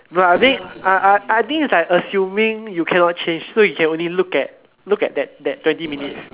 but I think I I think it's like assuming you cannot change so you can only look at look at that that twenty minutes